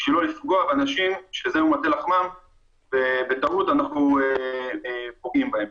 לפגוע באנשים שזה מטה לחמם ובטעות אנחנו פוגעים בהם.